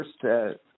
first